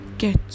Get